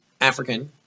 African